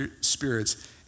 spirits